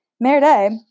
Merde